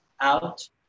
out